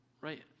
Right